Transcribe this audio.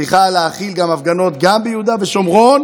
היא צריכה להכיל הפגנות גם ביהודה ושומרון